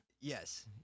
Yes